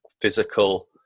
physical